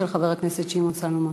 של חבר הכנסת שמעון סולומון.